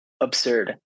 absurd